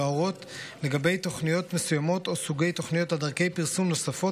להורות לגבי תוכניות מסוימות או סוגי תוכניות על דרכי פרסום נוספות,